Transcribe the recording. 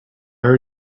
are